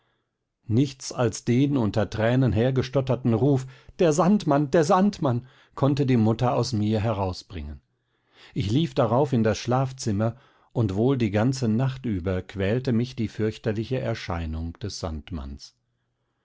nichts als den unter tränen hergestotterten ruf der sandmann der sandmann konnte die mutter aus mir herausbringen ich lief darauf in das schlafzimmer und wohl die ganze nacht über quälte mich die fürchterliche erscheinung des sandmanns